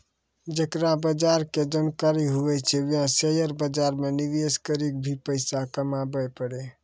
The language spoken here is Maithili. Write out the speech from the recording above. जेकरा बजार के जानकारी हुवै छै वें शेयर बाजार मे निवेश करी क भी पैसा कमाबै पारै